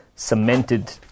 cemented